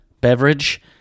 beverage